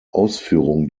ausführung